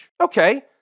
Okay